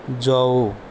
ਜਾਓ